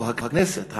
או הכנסת,